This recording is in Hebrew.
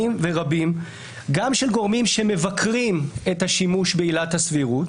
ורבים גם של גורמים שמבקרים את השימוש בעילת הסבירות